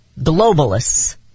globalists